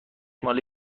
مال